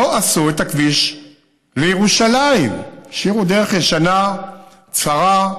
לא עשו את הכביש לירושלים, השאירו דרך ישנה, צרה,